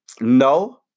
no